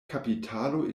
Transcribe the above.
kapitalo